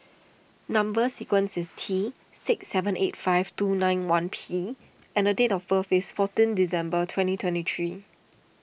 Number Sequence is T six seven eight five two nine one P and date of birth is fourteen December twenty twenty three